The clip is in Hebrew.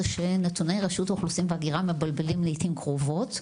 זה שנתוני רשות האוכלוסין וההגירה מבלבלים לעיתים קרובות ועדיין,